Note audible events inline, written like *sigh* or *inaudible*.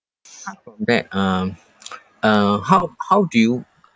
apart from that um *noise* uh how how do you